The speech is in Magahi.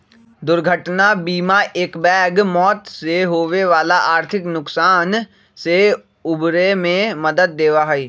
दुर्घटना बीमा एकबैग मौत से होवे वाला आर्थिक नुकसान से उबरे में मदद देवा हई